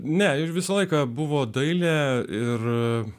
ne ir visą laiką buvo dailę ir